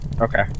Okay